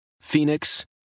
Phoenix